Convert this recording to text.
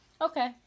Okay